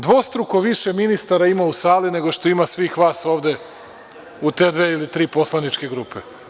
Dvostruko više ministara ima u sali nego što ima svih vas ovde u te dve ili tri poslaničke grupe.